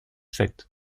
sets